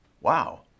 Wow